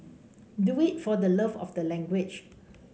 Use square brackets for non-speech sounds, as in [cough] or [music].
do it for the love of the language [noise]